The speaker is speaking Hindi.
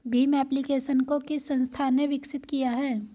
भीम एप्लिकेशन को किस संस्था ने विकसित किया है?